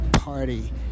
party